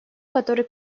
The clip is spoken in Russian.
которая